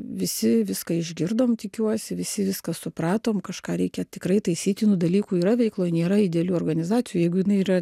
visi viską išgirdom tikiuosi visi viską supratom kažką reikia tikrai taisytinų dalykų yra veikloj nėra idealių organizacijų jeigu jinai yra